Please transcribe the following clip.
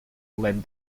led